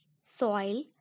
soil